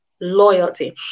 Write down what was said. Loyalty